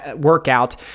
workout